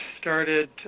started